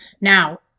Now